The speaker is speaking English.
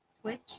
Twitch